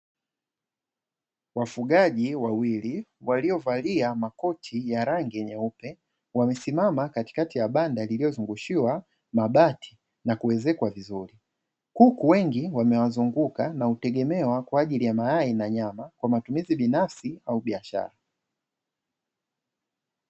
Wafugaji wawili waliovalia makoti ya rangi nyeupe, wamesimama katikati ya banda lililozungushiwa mabati na kuezekwa vizuri, kuku wengi wamewazunguka na hutegemewa kwa ajili ya mayai na nyama, kwa matumizi binafsi au biashara.